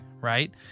right